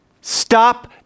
Stop